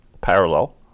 parallel